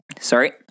Sorry